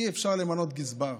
אי-אפשר למנות גזבר.